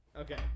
Okay